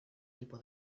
tipo